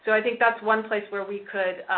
so i think that's one place where we could,